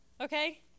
okay